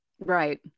Right